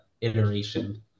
iteration